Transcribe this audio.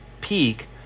Peak